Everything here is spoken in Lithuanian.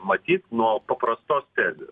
matyt nuo paprastos tezės